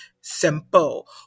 Simple